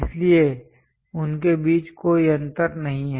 इसलिए उनके बीच कोई अंतर नहीं है